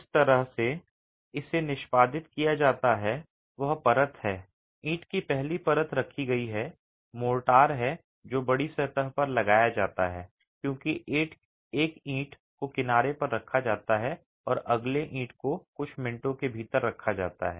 जिस तरह से इसे निष्पादित किया जाता है वह परत है ईंट की पहली परत रखी गई है मोर्टार है जो बड़ी सतह पर लगाया जाता है क्योंकि एक ईंट को किनारे पर रखा जाता है और अगले ईंट को कुछ मिनटों के भीतर रखा जाता है